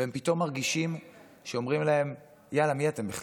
ופתאום מרגישים שאומרים להם: יאללה, מי אתם בכלל?